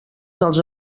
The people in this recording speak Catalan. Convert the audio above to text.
dels